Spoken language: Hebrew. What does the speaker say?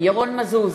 ירון מזוז,